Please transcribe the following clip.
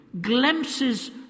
glimpses